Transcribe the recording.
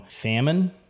famine